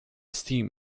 steam